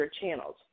channels